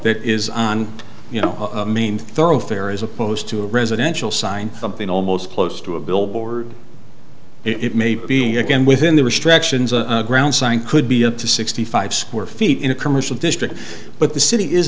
that is on you know main thoroughfare as opposed to a residential sign something almost close to a billboard it may be again within the restrictions a ground sign could be up to sixty five square feet in a commercial district but the city is